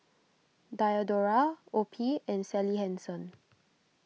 Diadora Opi and Sally Hansen